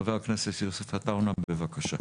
חבר הכנסת יוסף עטאונה, בבקשה.